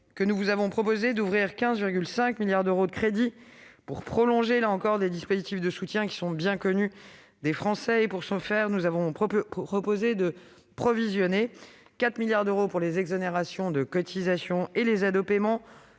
nous vous avons proposé d'ouvrir 15,5 milliards d'euros de crédits pour prolonger les dispositifs de soutien bien connus des Français. Pour ce faire, nous vous avons proposé de provisionner 4 milliards d'euros pour les exonérations de cotisations et les aides au paiement